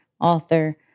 author